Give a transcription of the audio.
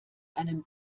einem